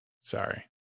sorry